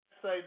say